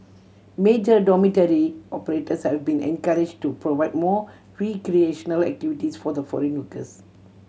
major dormitory operators have been encourage to provide more recreational activities for the foreign workers